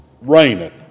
reigneth